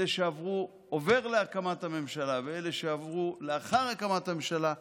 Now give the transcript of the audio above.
אלה שעברו עובר להקמת הממשלה ואלה שעברו לאחר הקמת הממשלה,